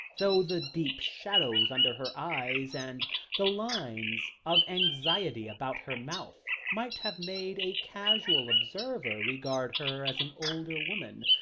though the deep shadows under her eyes, and the lines of anxiety, about her mouth, might have made a casual observer regard her as an older woman.